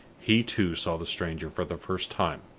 he too saw the stranger for the first time.